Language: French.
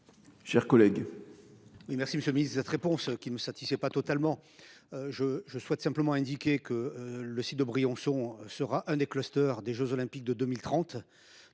chers collègues,